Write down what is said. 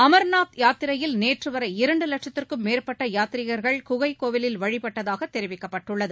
அம்நாத் யாத்திரையில் நேற்றுவரை இரண்டுவட்கத்திற்கும் மேற்பட்டயாத்ரிங்கள் குகைக் கோயிலில் வழிப்பட்டதாகதெரிவிக்கப்பட்டுள்ளது